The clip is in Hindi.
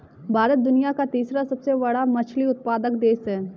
भारत दुनिया का तीसरा सबसे बड़ा मछली उत्पादक देश है